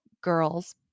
Girls